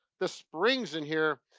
the springs in here.